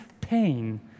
pain